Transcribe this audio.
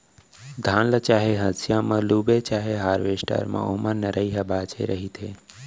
धान ल चाहे हसिया ल लूबे चाहे हारवेस्टर म ओमा नरई ह बाचे रहिथे